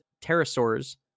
pterosaurs